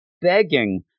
begging